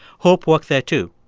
hope worked there, too.